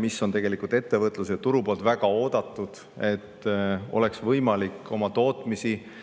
mis on ettevõtluse ja turu poolt väga oodatud, et neil oleks võimalik oma tootmist